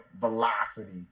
velocity